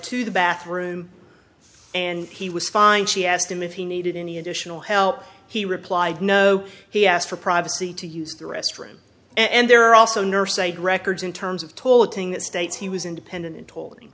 to the bathroom and he was fine she asked him if he needed any additional help he replied no he asked for privacy to use the restroom and there are also nurse aid records in terms of toileting that states he was independent and told him